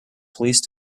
police